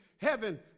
Heaven